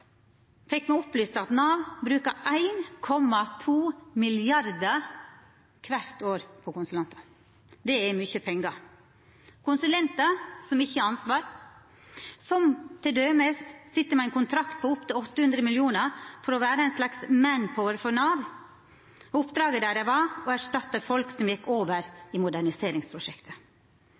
fekk me opplyst at Nav brukar 1,2 mrd. kr kvart år på konsulentar. Det er mykje pengar. Det er konsulentar som ikkje har ansvar, og som t.d. sit med ein kontrakt på opp til 800 mill. kr for å vera ein slags «manpower» for Nav. Oppdraget deira var å erstatta folk som gjekk over i moderniseringsprosjektet.